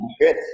Good